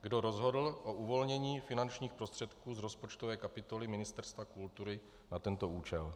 Kdo rozhodl o uvolnění finančních prostředků z rozpočtové kapitoly Ministerstva kultury na tento účel?